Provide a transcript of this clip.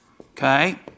okay